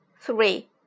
Three